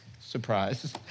surprise